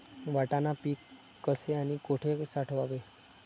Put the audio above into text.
वाटाणा पीक कसे आणि कुठे साठवावे?